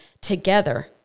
together